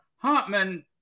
Hartman